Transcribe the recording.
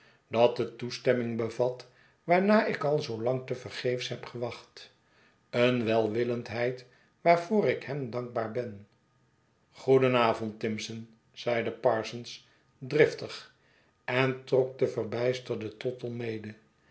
dat de toestemming bevat waarnaar ik al zoo lang te vergeefs heb gewacht een welwillendheid waarvoor ik hem dankbaar ben goeden avond timson zeide parsons driftig en trok den verbijsterden tottle mede